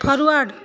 forward